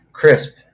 crisp